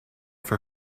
for